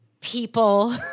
people